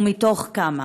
2. מתוך כמה?